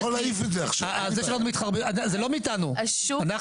אני יכול להעיף את זה עכשיו, אין לי בעיה.